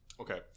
okay